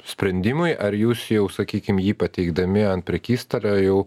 sprendimui ar jūs jau sakykim jį pateikdami ant prekystalio jau